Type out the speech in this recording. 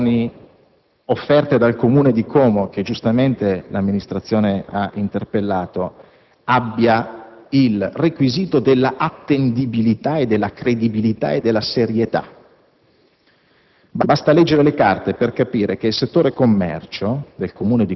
So già quale delle due versioni offerte dal Comune di Como - che giustamente l'amministrazione ha interpellato - presenti i requisiti dell'attendibilità, della credibilità e della serietà: